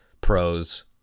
pros